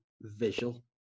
visual